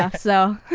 ah so,